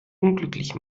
unglücklich